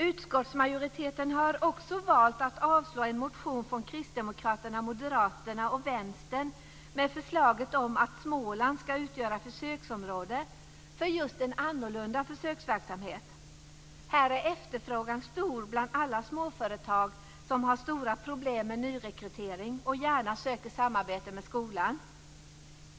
Utskottsmajoriteten har också valt att avslå en motion från Kristdemokraterna, Moderaterna och Efterfrågan är där stor bland alla de småföretag som har stora problem med nyrekrytering och gärna söker samarbete med skolan.